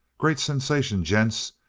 great sensation, gents,